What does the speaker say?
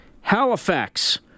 Halifax